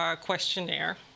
questionnaire